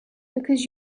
because